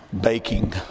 baking